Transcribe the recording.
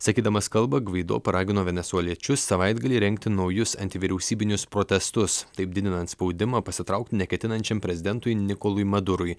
sakydamas kalbą gvaido paragino venesueliečius savaitgalį rengti naujus antivyriausybinius protestus taip didinant spaudimą pasitraukti neketinančiam prezidentui nikolui madurui